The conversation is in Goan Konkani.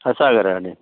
आसा घरा कडेन